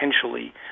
potentially